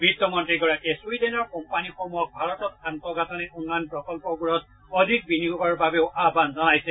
বিত্তমন্ত্ৰীগৰাকীয়ে ছুইডেনৰ কোম্পানীসমূহক ভাৰতত আন্তঃগাঁথনি উন্নয়ন প্ৰকল্পসমূহত অধিক বিনিয়োগৰ বাবেও আহান জনাইছে